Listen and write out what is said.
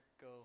Go